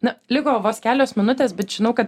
na liko vos kelios minutės bet žinau kad